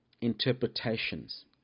interpretations